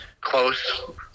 close